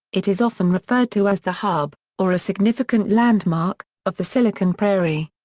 it is often referred to as the hub, or a significant landmark, of the silicon prairie.